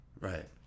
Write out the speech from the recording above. Right